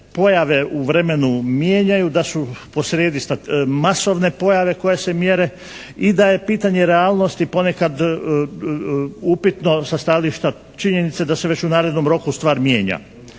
pojave u vremenu mijenjaju, da su posrijedi masovne pojave koje se mjere i da je pitanje realnosti ponekad upitno sa stajališta činjenice da se već u narednom roku stvar mijenja.